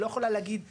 היא לא יכולה להגיד א'